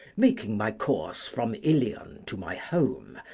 making my course from ilion to my home,